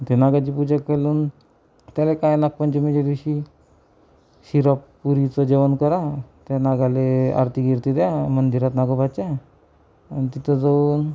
ते नागाची पूजा करून त्याला काय नागपंचमीच्या दिवशी शिरापुरीचं जेवण करा त्या नागाला आरती बिरती द्या मंदिरात नागोबाच्या अन् तिथं जाऊन